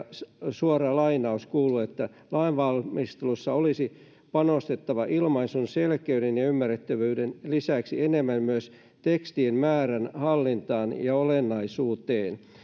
suora lainaus kuuluu lainvalmistelussa olisi panostettava ilmaisun selkeyden ja ymmärrettävyyden lisäksi enemmän myös tekstien määrän hallintaan ja olennaisuuteen